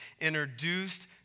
introduced